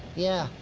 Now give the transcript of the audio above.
yeah,